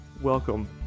Welcome